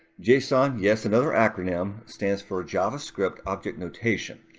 json yes, another acronym stands for javascript object notation.